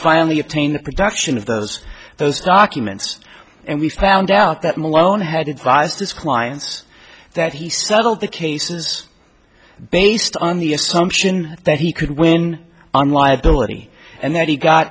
finally obtained production of those those documents and we found out that malone had advised his clients that he settled the cases based on the assumption that he could win on liability and that he got